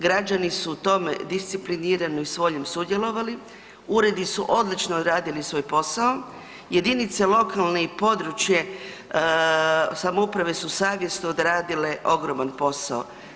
Građani su u tome disciplinirano i s voljom sudjelovali, uredi su odlično radili svoj posao, jedinice lokalne i područje samouprave su savjesno odradile ogroman posao.